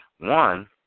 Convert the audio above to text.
One